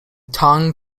tongue